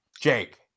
Jake